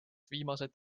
viimased